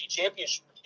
Championship